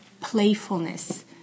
playfulness